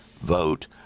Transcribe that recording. vote